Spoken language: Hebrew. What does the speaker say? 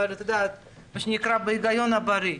אבל מה שנקרא בהיגיון הבריא,